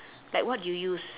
like what you use